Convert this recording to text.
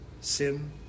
sin